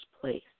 place